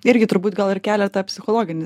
irgi turbūt gal ir kelia tą psichologinį